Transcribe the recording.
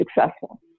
successful